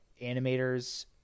animators